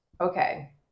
okay